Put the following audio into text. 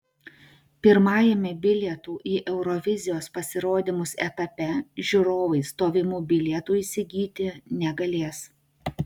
pirmajame bilietų į eurovizijos pasirodymus etape žiūrovai stovimų bilietų įsigyti negalės